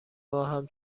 ماهم